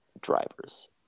drivers